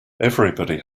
everybody